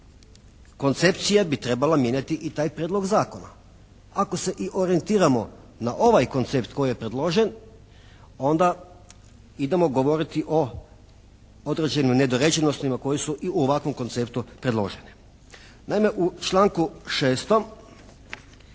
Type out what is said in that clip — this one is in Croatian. koncepcija bi trebala mijenjati i taj prijedlog zakona. Ako se i orijentiramo na ovaj koncept koji je predložen onda idemo govoriti o određenim nedorečenostima koje su i u ovakvom konceptu predložene. Naime u članku 6.